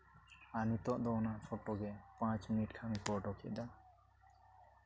ᱟᱨ ᱱᱤᱛᱚᱜ ᱫᱚ ᱚᱱᱟ ᱯᱷᱳᱴᱳ ᱜᱮ ᱯᱟᱸᱪ ᱢᱤᱱᱤᱴ ᱠᱷᱟᱱ ᱜᱮᱠᱚ ᱩᱰᱩᱠ ᱮᱫᱟ